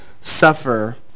suffer